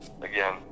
Again